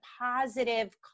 positive